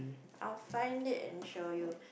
I will find it and show you